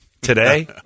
Today